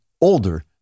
older